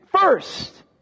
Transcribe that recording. first